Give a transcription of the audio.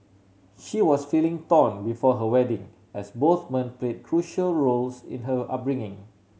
she was feeling torn before her wedding as both men play crucial roles in her upbringing